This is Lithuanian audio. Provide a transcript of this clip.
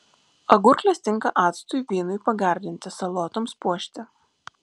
agurklės tinka actui vynui pagardinti salotoms puošti